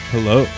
Hello